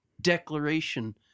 declaration